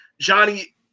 Johnny